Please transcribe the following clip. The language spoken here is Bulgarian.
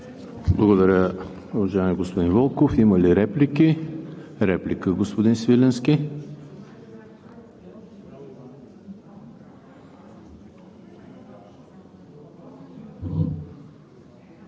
Благодаря, уважаеми господин Вълков. Има ли реплики? Реплика, господин Свиленски.